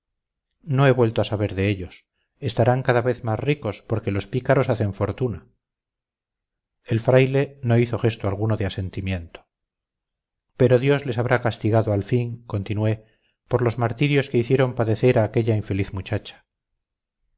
no he vuelto a saber de ellos estarán cada vez más ricos porque los pícaros hacen fortuna el fraile no hizo gesto alguno de asentimiento pero dios les habrá castigado al fin continué por los martirios que hicieron padecer a aquella infeliz muchacha